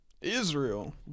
Israel